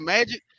Magic